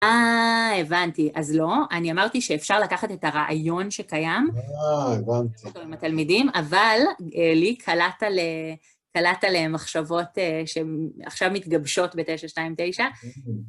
אהההה, הבנתי. אז לא. אני אמרתי שאפשר לקחת את הרעיון שקיים. אהההה, הבנתי. עם התלמידים, אבל לי קלעת למחשבות שהן עכשיו מתגבשות בתשע, שתיים, תשע.